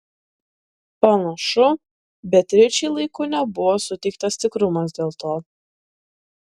panašu beatričei laiku nebuvo suteiktas tikrumas dėl to